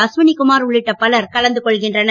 அஸ்வினி குமார் உள்ளிட்ட பலர் கலந்து கொள்கின்றனர்